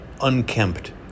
unkempt